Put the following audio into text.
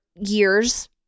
years